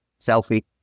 selfie